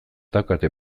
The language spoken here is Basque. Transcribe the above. daukate